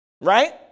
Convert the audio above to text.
right